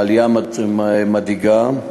העלייה מדאיגה,